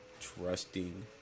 trusting